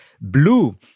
blue